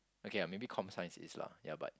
okay ah maybe com science is lah ya but